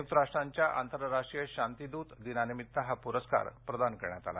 संयुक्त राष्ट्रांच्या आंतरराष्ट्रीय शांतीदृत दिनानिमित्त हा प्रस्कार प्रदान करण्यात आला